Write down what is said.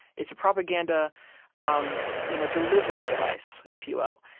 it's a propaganda um you know delivery device, if you will,